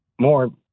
more